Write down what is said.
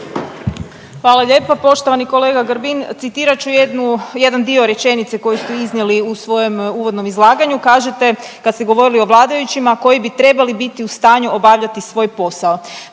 Hvala lijepo. Poštovani kolega Grbin, citirat ću jednu, jedan dio rečenice koju ste iznijeli u svojem uvodnom izlaganju. Kažete kad ste govorili o vladajućima „koji bi trebali biti u stanju obavljati svoj posao“.